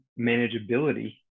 manageability